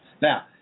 Now